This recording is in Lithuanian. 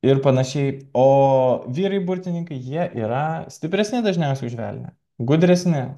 ir panašiai o vyrai burtininkai jie yra stipresni dažniausiai už velnią gudresni